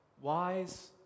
Wise